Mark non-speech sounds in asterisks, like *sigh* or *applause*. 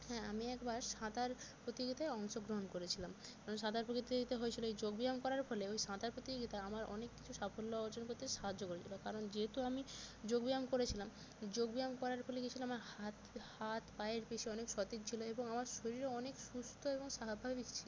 হ্যাঁ আমি একবার সাঁতার প্রতিযোগিতায় অংশগ্রহণ করেছিলাম কারণ সাঁতার *unintelligible* হয়েছিলো এই যোগব্যায়াম করার ফলে ওই সাঁতার প্রতিযোগিতা আমার অনেক কিছু সাফল্য অর্জন করতে সাহায্য করেছিলো কারণ যেহেতু আমি যোগ ব্যায়াম করেছিলাম যোগ ব্যায়াম করার ফলে কি হয়েছিলো আমার হাত হাত পায়ের পিছনে সতেজ ছিলো এবং আমার শরীরে অনেক সুস্থ এবং স্বাভাবিক ছিলো